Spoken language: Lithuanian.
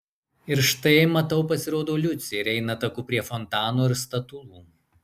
ir štai matau pasirodo liucė ir eina taku prie fontano ir statulų